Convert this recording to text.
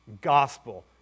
gospel